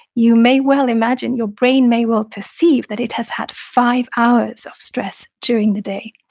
you may well imagine, your brain may well perceive that it has had five hours of stress during the day.